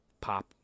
pop